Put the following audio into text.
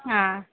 ஆ